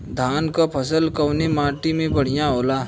धान क फसल कवने माटी में बढ़ियां होला?